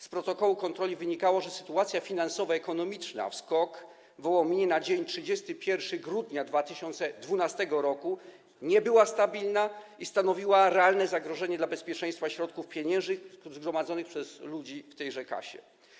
Z protokołu kontroli wynikało, że sytuacja finansowo-ekonomiczna w SKOK w Wołominie na dzień 31 grudnia 2012 r. nie była stabilna i stanowiła realne zagrożenie dla bezpieczeństwa środków pieniężnych zgromadzonych przez ludzi w tejże kasie.